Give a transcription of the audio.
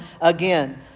again